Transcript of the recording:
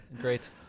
Great